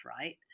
right